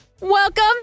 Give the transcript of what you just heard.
Welcome